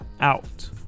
out